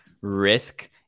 risk